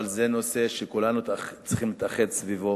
אבל זה נושא שכולנו צריכים להתאחד סביבו,